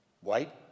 white